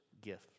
gift